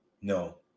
No